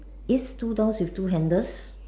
is two doors with two handles